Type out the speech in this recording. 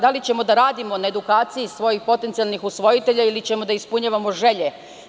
Da li ćemo da radimo na edukaciji svojih potencijalnih usvojitelja ili ćemo da ispunjavamo želje?